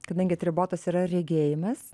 kadangi atribotas yra regėjimas